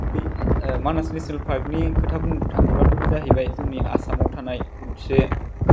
बे मानास नेशनेल पार्कनि खोथा बुंनो थाङोब्लाथ' बे जाहैबाय जोंनि आसामाव थानाय मोनसे